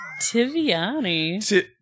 Tiviani